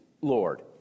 Lord